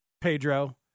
Pedro